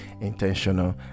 intentional